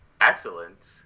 excellent